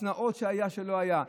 השנאות שהיו, שלא היה,